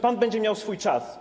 Pan będzie miał swój czas.